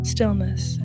Stillness